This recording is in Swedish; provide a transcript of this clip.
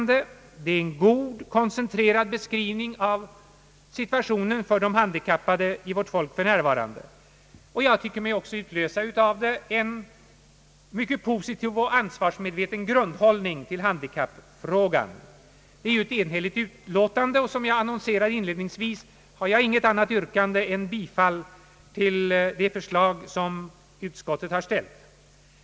Det ger en god, koncentrerad beskrivning av de handikappades situation i vårt folk för närvarande. Jag tycker mig också av det kunna utläsa en mycket positiv och ansvarsmedveten grundhållning till handikappfrågan. Utlåtandet är ju enhälligt, och som jag annonserade inledningsvis har jag intet annat yrkande än om bifall till utskottets förslag.